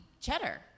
cheddar